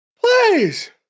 Please